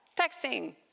texting